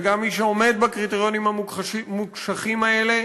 וגם מי שעומד בקריטריונים המוקשחים האלה